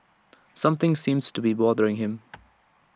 something seems to be bothering him